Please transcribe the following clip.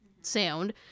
sound